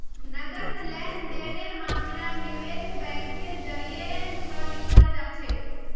नकद लेन देनेर मामला निवेश बैंकेर जरियई, स निपटाल जा छेक